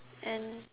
and